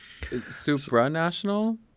Supranational